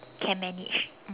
can manage